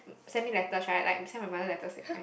send me letter right like I send my mother letter that kind